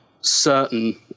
certain